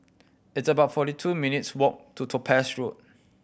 it's about forty two minutes' walk to Topaz Road